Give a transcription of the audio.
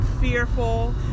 fearful